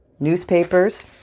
newspapers